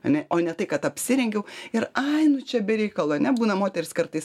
ane o ne tai kad apsirengiau ir ai nu čia be reikalo ane būna moterys kartais